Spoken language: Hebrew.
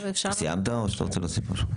סיימת או שאתה רוצה להוסיף משהו?